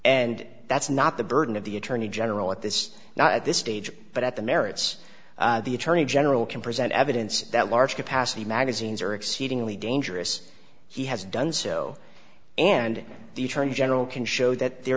and that's not the burden of the attorney general at this now at this stage but at the merits the attorney general can present evidence that large capacity magazines are exceedingly dangerous he has done so and the attorney general can show that there